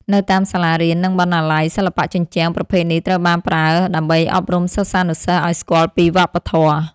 នៅតាមសាលារៀន និងបណ្ណាល័យ សិល្បៈជញ្ជាំងប្រភេទនេះត្រូវបានប្រើដើម្បីអប់រំសិស្សានុសិស្សឱ្យស្គាល់ពីវប្បធម៌។